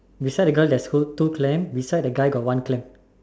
beside the girl theres two clam beside the guy there's one clam